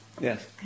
Yes